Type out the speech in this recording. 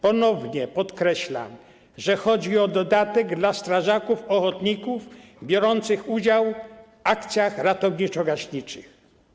Ponownie podkreślam, że chodzi o dodatek dla strażaków ochotników biorących udział w akcjach ratowniczo-gaśniczych.